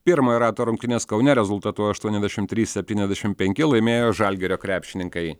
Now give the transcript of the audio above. pirmojo rato rungtynes kaune rezultatu aštuoniasdešim trys septyniasdešim penki laimėjo žalgirio krepšininkai